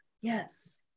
Yes